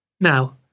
Now